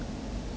hmm